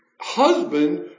husband